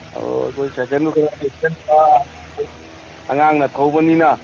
ꯑꯣ ꯑꯩꯈꯣꯏ ꯁꯥꯏꯀꯜꯗꯨ ꯈꯔ ꯆꯦꯛꯁꯤꯟꯕ ꯑꯉꯥꯡꯅ ꯊꯧꯕꯅꯤꯅ